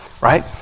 Right